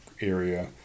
area